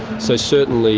so certainly